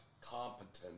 competent